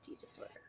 disorder